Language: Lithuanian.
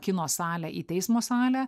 kino salę į teismo salę